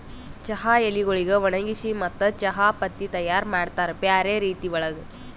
ಚಹಾ ಎಲಿಗೊಳಿಗ್ ಒಣಗಿಸಿ ಮತ್ತ ಚಹಾ ಪತ್ತಿ ತೈಯಾರ್ ಮಾಡ್ತಾರ್ ಬ್ಯಾರೆ ರೀತಿ ಒಳಗ್